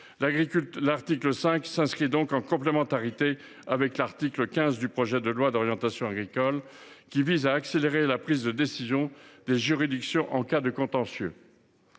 L’article 5 est complémentaire de l’article 15 du projet de loi d’orientation agricole, qui vise à accélérer la prise de décision des juridictions en cas de contentieux,